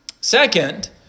Second